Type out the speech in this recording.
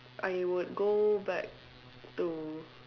I would go back to